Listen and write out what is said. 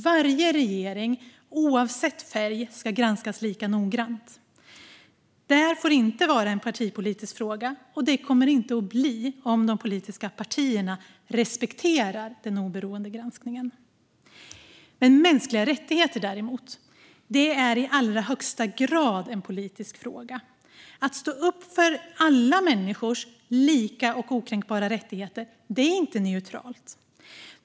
Varje regering ska, oavsett färg, granskas lika noggrant. Det här får inte vara en partipolitisk fråga, och det kommer inte att bli det om de politiska partierna respekterar den oberoende granskningen. Mänskliga rättigheter däremot är i allra högsta grad en politisk fråga. Att stå upp för alla människors lika och okränkbara rättigheter är inte neutralt.